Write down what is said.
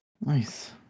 Nice